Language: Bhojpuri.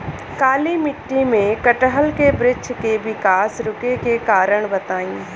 काली मिट्टी में कटहल के बृच्छ के विकास रुके के कारण बताई?